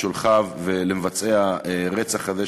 לשולחי ולמבצעי הרצח הזה,